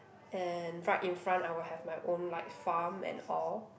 and right in front I will have my own like farm and all